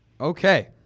Okay